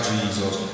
Jesus